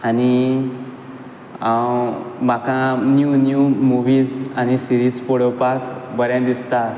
आनी हांव म्हाका न्यू न्यू मुवीज आनी सिरीज पळोवपाक बरें दिसता